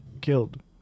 killed